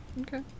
Okay